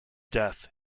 death